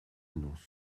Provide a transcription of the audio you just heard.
annonce